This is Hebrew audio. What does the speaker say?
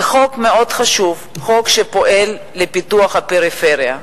זה חוק מאוד חשוב, חוק שפועל לפיתוח הפריפריה,